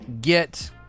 get